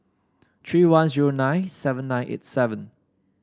three one zero nine seven nine eight seven